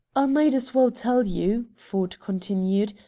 i might as well tell you, ford continued,